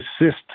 assist